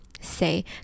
say